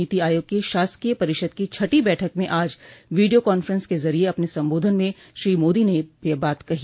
नीति आयोग की शासकीय परिषद की छठी बैठक में आज वीडियो कांफ्रेंस के जरिये अपने संबोधन में श्री मोदी ने यह बात कही